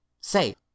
Say